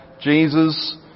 Jesus